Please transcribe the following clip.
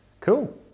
Cool